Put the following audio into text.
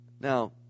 Now